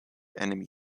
enemy